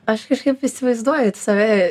aš kažkaip įsivaizduoju tai save